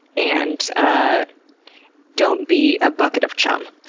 and ah don't be a bucket of chum.